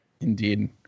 Indeed